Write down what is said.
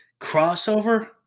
crossover